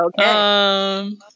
Okay